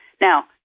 Now